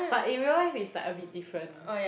but in real life it's like a bit different